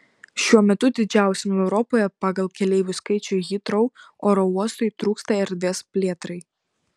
šiuo metu didžiausiam europoje pagal keleivių skaičių hitrou oro uostui trūksta erdvės plėtrai